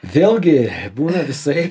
vėlgi būna visaip